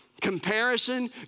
comparison